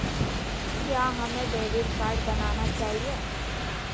क्या हमें debit card बनाना चाहिए?